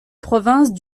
province